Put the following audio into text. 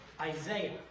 Isaiah